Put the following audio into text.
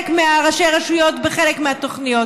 חלק מראשי הרשויות בחלק מהתוכניות.